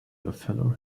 fellow